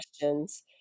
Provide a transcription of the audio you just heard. questions